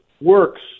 works